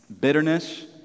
Bitterness